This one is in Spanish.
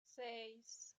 seis